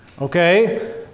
Okay